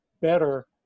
better